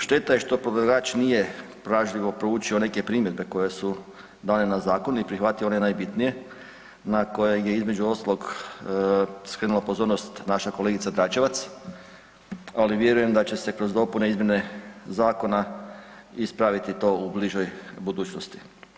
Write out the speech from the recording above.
Šteta je što predlagač nije pažljivo proučio neke primjedbe koje su dane na zakon i prihvatio one najbitnije na koje je između ostalog skrenula pozornost naša kolegica Dračevac, ali vjerujem da će se kroz dopune i izmjene zakona ispraviti to u bližoj budućnosti.